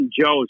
Joe's